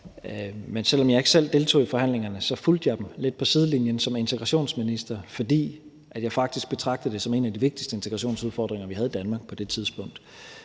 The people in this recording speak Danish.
Men selv om jeg ikke selv deltog i forhandlingerne, fulgte jeg dem lidt på sidelinjen som integrationsminister, fordi jeg faktisk betragtede det som en af de vigtigste integrationsudfordringer, vi havde i Danmark på det tidspunkt.